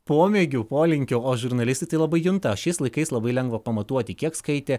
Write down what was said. pomėgių polinkių o žurnalistai tai labai junta šiais laikais labai lengva pamatuoti kiek skaitė